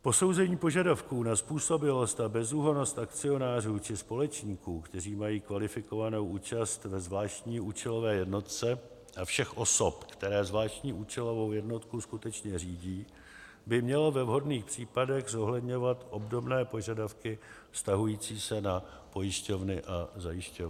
Posouzení požadavků na způsobilost a bezúhonnost akcionářů či společníků, kteří mají kvalifikovanou účast ve zvláštní účelové jednotce, a všech osob, které zvláštní účelovou jednotku skutečně řídí, by mělo ve vhodných případech zohledňovat obdobné požadavky vztahující se na pojišťovny a zajišťovny.